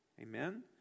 Amen